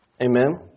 Amen